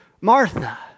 Martha